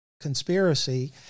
conspiracy